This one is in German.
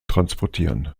transportieren